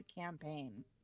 campaign